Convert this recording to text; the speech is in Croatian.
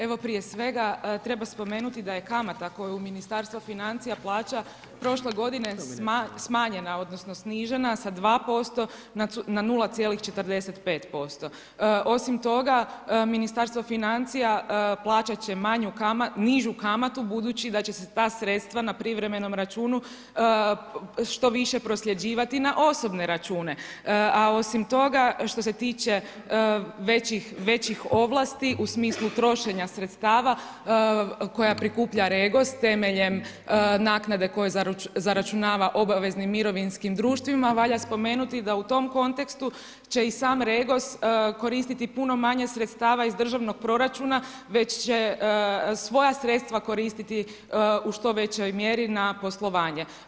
Evo, prije svega, treba spomenuti da je kamata koju Ministarstvo financija plaća, prošle godine smanjena, odnosno, snižena sa 2% na 0,45% Osim toga Ministarstvo financija plaćat će nižu kamatu budući da će se ta sredstva na privremenom računu što više prosljeđivati na osobne račune, a osim toga što se tiče većih ovlasti u smislu trošenja sredstava koja prikuplja REGOS temeljem naknade koju zaračunava obaveznim mirovinskim društvima valja spomenuti da u tom kontekstu će i sam REGOS koristiti puno manje sredstava iz državnog proračuna već će svoja sredstva koristiti u što većoj mjeri na poslovanje.